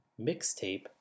mixtape